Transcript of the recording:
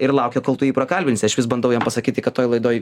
ir laukia kol tu jį prakalbinsi aš vis bandau jam pasakyti kad toj laidoj